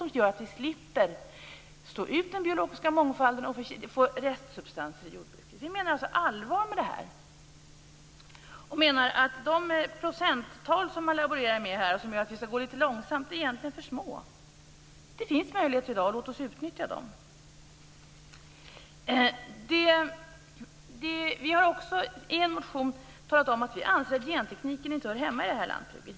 Den gör att vi slipper slå ut den biologiska mångfalden och få restsubstanser i jordbruket. Det finns möjligheter i dag. Låt oss utnyttja dem.